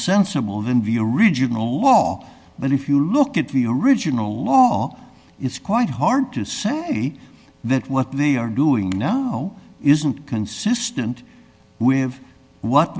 sensible than view original law but if you look at the original law it's quite hard to say that what they are doing you know isn't consistent with what